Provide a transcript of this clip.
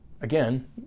again